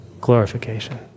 glorification